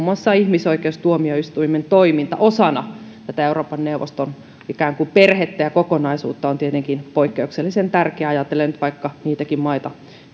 muassa ihmisoikeustuomioistuimen toiminta osana ikään kuin tätä euroopan neuvoston perhettä ja kokonaisuutta on tietenkin poikkeuksellisen tärkeää ajatellen nyt vaikka sellaisiakin maita